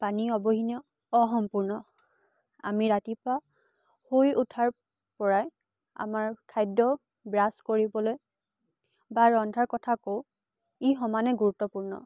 পানী অবিহনে অসম্পূৰ্ণ আমি ৰাতিপুৱা শুই উঠাৰ পৰাই আমাৰ খাদ্য ব্ৰাছ কৰিবলৈ বা ৰন্ধাৰ কথা কওঁ ই সমানে গুৰুত্বপূৰ্ণ